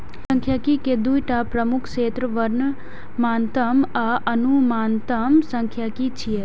सांख्यिकी के दूटा प्रमुख क्षेत्र वर्णनात्मक आ अनुमानात्मक सांख्यिकी छियै